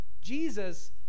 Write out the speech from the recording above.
Jesus